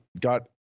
got